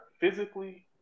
physically